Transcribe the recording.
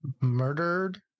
murdered